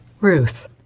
Ruth